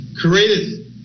created